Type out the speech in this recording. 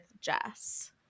Jess